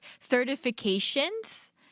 certifications